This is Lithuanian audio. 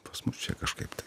pas mus čia kažkaip tai